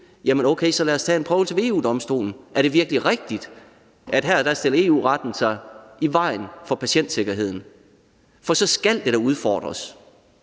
Okay, lad os tage en prøvelse ved EU-Domstolen? Er det virkelig rigtigt, at EU-retten her stiller sig i vejen for patientsikkerheden? For så skal det da udfordres,